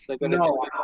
No